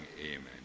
Amen